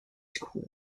school